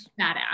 badass